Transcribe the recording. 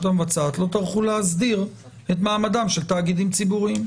המבצעת לא טרחו להסדיר את מעמדם של תאגידים ציבוריים.